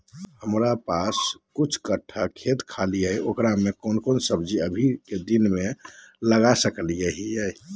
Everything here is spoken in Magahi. हमारा पास कुछ बिठा खेत खाली है ओकरा में कौन कौन सब्जी अभी के दिन में लगा सको हियय?